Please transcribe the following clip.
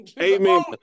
Amen